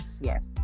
yes